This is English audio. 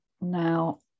now